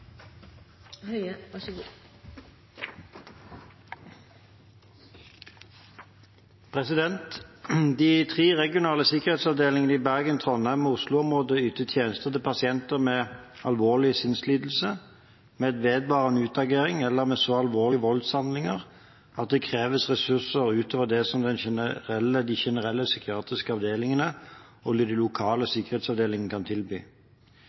De tre regionale sikkerhetsavdelingene i Bergen, Trondheim og Oslo-området yter tjenester til pasienter med alvorlig sinnslidelse, med vedvarende utagering eller med så alvorlige voldshandlinger at det kreves ressurser utover det som de generelle psykiatriske avdelingene og de lokale sikkerhetsavdelingene kan tilby.